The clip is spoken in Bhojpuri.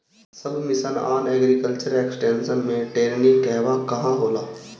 सब मिशन आन एग्रीकल्चर एक्सटेंशन मै टेरेनीं कहवा कहा होला?